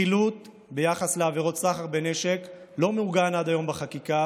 חילוט ביחס לעבירות סחר בנשק לא מעוגן עד היום בחקיקה,